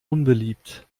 unbeliebt